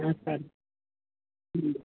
ஆ சரி ம்